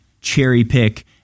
cherry-pick